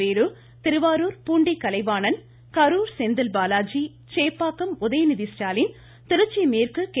வேலு திருவாரூர் பூண்டி கலைவாணன் கரூர் செந்தில் பாலாஜி சேப்பாக்கம் உதயநிதி ஸ்டாலின் திருச்சி மேற்கு கே